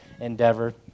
endeavor